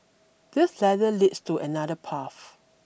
this ladder leads to another path